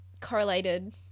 correlated